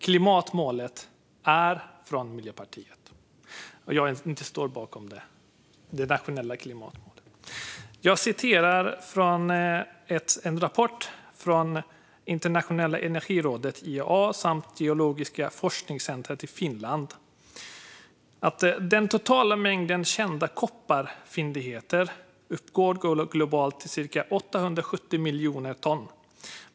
Klimatmålet är från Miljöpartiet, och jag står inte bakom detta nationella klimatmål. Internationella energirådet, IEA, samt Geologiska forskningscentralen i Finland säger i en rapport att den totala mängden kända kopparfyndigheter globalt uppgår till cirka 870 miljoner ton.